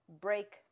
break